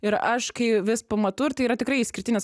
ir aš kai vis pamatau ir tai yra tikrai išskirtinis